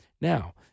Now